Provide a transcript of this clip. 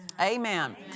Amen